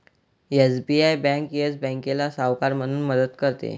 SBI bank Yes बँकेला सावकार म्हणून मदत करते